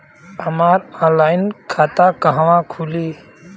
हमार ऑनलाइन खाता कहवा खुली?